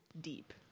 deep